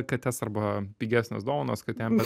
kates arba pigesnės dovanos katėm